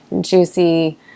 juicy